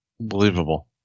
Unbelievable